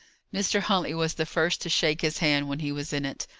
mr. huntley was the first to shake his hand when he was in it.